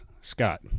Scott